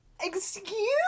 Excuse